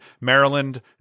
Maryland